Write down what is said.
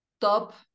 top